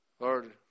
Lord